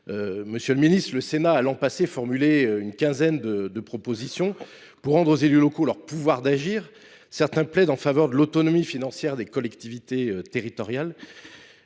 Monsieur le ministre, l’année dernière, le Sénat a formulé une quinzaine de propositions pour rendre aux élus locaux leur pouvoir d’agir. Certaines sont un plaidoyer en faveur de l’autonomie financière des collectivités territoriales.